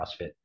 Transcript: CrossFit